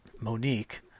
Monique